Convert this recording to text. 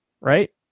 right